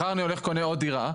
מחר אני הולך וקונה עוד דירה,